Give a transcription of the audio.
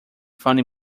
funny